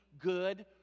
good